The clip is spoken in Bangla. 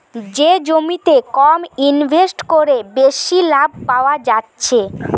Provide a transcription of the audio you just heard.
যে জমিতে কম ইনভেস্ট কোরে বেশি লাভ পায়া যাচ্ছে